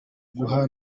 guha